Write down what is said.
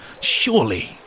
Surely